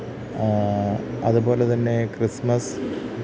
അതുപോലെതന്നെ ക്രിസ്മസ്